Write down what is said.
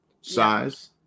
Size